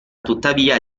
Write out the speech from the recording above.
tuttavia